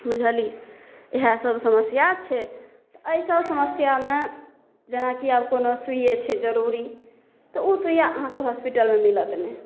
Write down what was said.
बुझलियै इएह सब समस्या छै तऽ एहि सब समस्यामे जेनाकि आब कोनो सूइए छै जरूरी तऽ ओ सूइया अहाँके होस्पिटलमे मिलत नहि